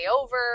over